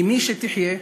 אמי שתחיה,